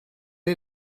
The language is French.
est